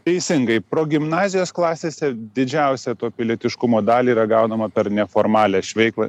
teisingai progimnazijos klasėse didžiausią to pilietiškumo dalį yra gaunama per neformalią veiklą